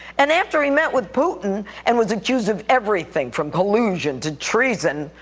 and after he met with putin, and was accused of everything from collusion to treason,